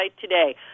today